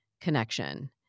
connection